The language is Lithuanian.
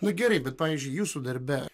nu gerai bet pavyzdžiui jūsų darbe